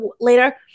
later